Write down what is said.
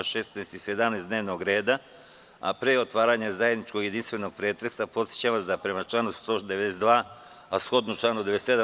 16. i 17. dnevnog reda, a pre otvaranja zajedničkog jedinstvenog pretresa, podsećam vas da, prema članu 192, a shodno članu 97.